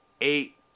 eight